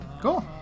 Cool